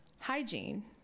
hygiene